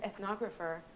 ethnographer